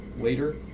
later